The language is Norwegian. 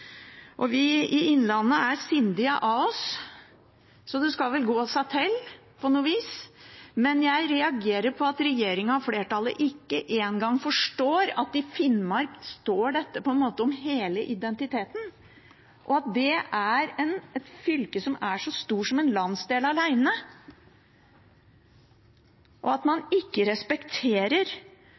Vi i Innlandet er sindige av oss, så det skal vel gå seg til på et vis, men jeg reagerer på at regjeringen og flertallet ikke engang forstår at det i Finnmark på en måte står om hele identiteten, at det er et fylke som er så stort som en landsdel alene, og at man ikke respekterer